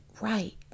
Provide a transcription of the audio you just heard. right